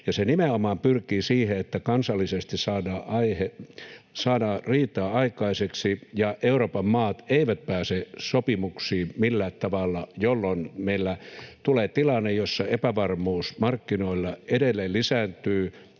se nimenomaan pyrkii siihen, että kansallisesti saadaan riitaa aikaiseksi ja Euroopan maat eivät pääse sopimuksiin millään tavalla, jolloin meillä tulee tilanne, jossa epävarmuus markkinoilla edelleen lisääntyy,